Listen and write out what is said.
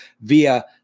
via